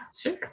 sure